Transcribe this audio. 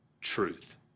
truth